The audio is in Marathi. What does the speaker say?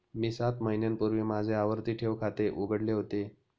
मी सात महिन्यांपूर्वी माझे आवर्ती ठेव खाते उघडले होते